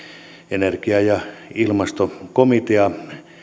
energia ja ilmastokomitea